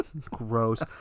gross